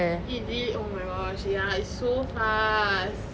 is it ya oh my god ya it's so fast